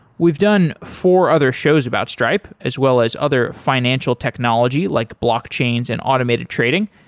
we've done four other shows about stripe as well as other financial technology, like blockchains and automated trading.